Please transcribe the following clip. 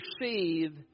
perceive